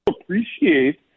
appreciate